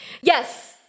yes